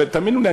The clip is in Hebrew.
תאמינו לי,